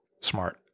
smart